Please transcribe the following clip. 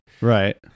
Right